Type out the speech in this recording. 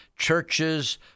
churches